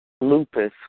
lupus